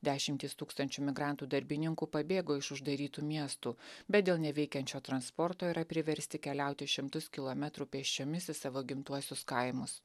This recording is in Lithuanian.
dešimtys tūkstančių migrantų darbininkų pabėgo iš uždarytų miestų bet dėl neveikiančio transporto yra priversti keliauti šimtus kilometrų pėsčiomis į savo gimtuosius kaimus